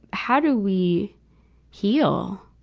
how do we heal?